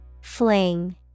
Fling